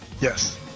yes